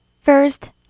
First